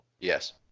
Yes